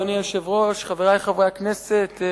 אדוני היושב-ראש, חברי חברי הכנסת,